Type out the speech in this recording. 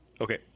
Okay